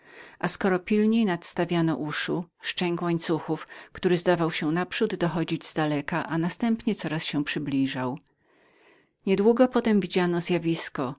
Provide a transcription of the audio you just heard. a skoro pilniej nadstawiano uszu szczęk łańcuchów który zdawał się naprzód dochodzić z daleka następnie coraz się przybliżał niedługo potem widziano zjawisko